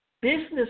business